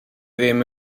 ddim